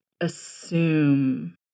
assume